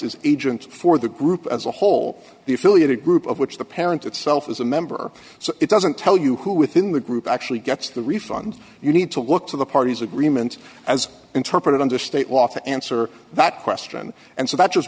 is agent for the group as a whole the affiliated group of which the parent itself is a member so it doesn't tell you who within the group actually gets the refund you need to look to the parties agreement as interpreted under state law to answer that question and so that just